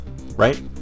right